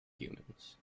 humans